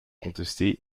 contesté